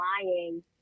lying